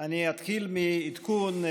אני אתחיל מעדכון: